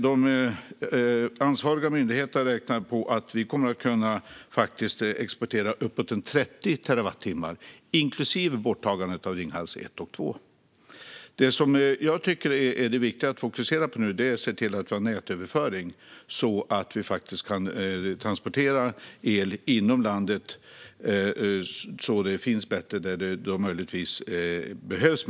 De ansvariga myndigheterna räknar med att vi kommer att kunna exportera uppemot 30 terawattimmar, trots borttagandet av Ringhals 1 och 2. Det jag tycker är viktigt att fokusera på nu är att se till att ha nätöverföring så att vi kan transportera el inom landet och få mer el där det möjligtvis behövs.